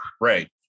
Right